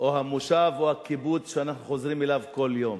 המושב או הקיבוץ שאנחנו חוזרים אליו כל יום.